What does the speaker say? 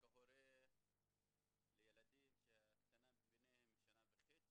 כהורה לילדים שהקטנה מביניהם היא בת שנה וחצי,